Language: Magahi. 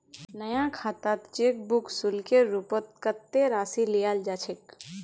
नया खातात चेक बुक शुल्केर रूपत कत्ते राशि लियाल जा छेक